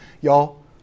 Y'all